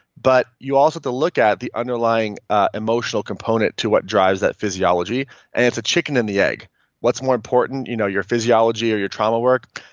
but you also look at the underlying emotional component to what drives that physiology and it's a chicken and the egg what's more important, you know your physiology or your travel work?